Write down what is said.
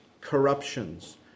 corruptions